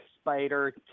spider